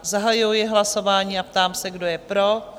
Zahajuji hlasování a ptám se, kdo je pro?